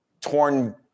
torn